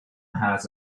has